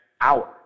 hour